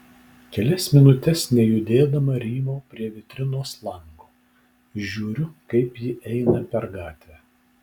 kelias minutes nejudėdama rymau prie vitrinos lango žiūriu kaip ji eina per gatvę